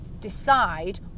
decide